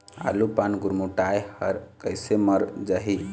आलू पान गुरमुटाए हर कइसे मर जाही?